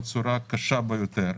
בצורה הקשה ביותר.